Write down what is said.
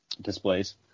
displays